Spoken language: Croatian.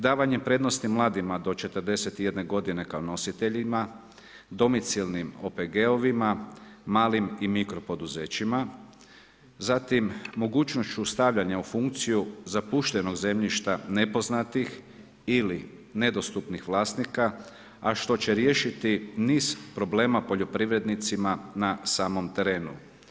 Davanjem prednosti mladima do 41 g. kao nositeljima, domicilnim OPG-ovima, malim i mikro poduzećima, zatim, mogućnost ostavljanja u funkciju zapuštenih zemljišta nepoznatih ili nedostupnih vlasnika, a što će riješiti niz problema poljoprivrednicima na samom terenu.